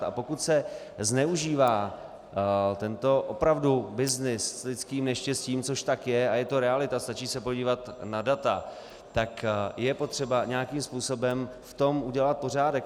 A pokud se zneužívá tento opravdu byznys s lidským neštěstím, což tak je a je to realita, stačí se podívat na data, tak je potřeba nějakým způsobem v tom udělat pořádek.